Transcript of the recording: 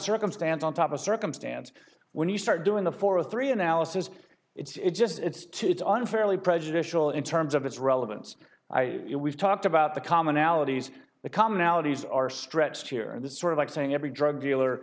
circumstance on top of circumstance when you start doing the four three analysis it's just it's too it's unfairly prejudicial in terms of its relevance we've talked about the commonalities the commonalities are stretched here and this sort of like saying every drug dealer